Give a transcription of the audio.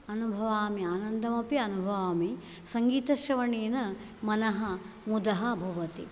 अनुभवामि आनन्दमपि अनुभवामि सङ्गीतश्रवणेन मनः मुदः भवति